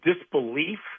disbelief